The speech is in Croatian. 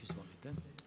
Izvolite.